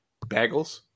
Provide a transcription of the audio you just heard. bagels